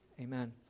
Amen